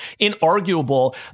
inarguable